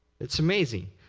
it's amazing.